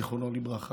זיכרונו לברכה,